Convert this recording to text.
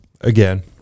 Again